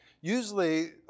Usually